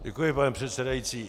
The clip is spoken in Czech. Děkuji, pane předsedající.